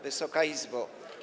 Wysoka Izbo!